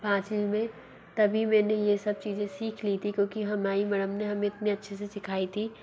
पाँचवीं में तभी मैंने ये सब चीज़ें सीख ली थी क्योंकि हमाई मेड़म ने हमें इतने अच्छे से सिखाई थी